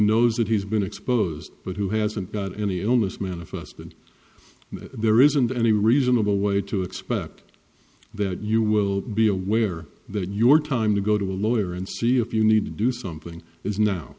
knows that he's been exposed but who hasn't got any illness manifest and there isn't any reasonable way to expect that you will be aware that your time to go to a lawyer and see if you need to do something is now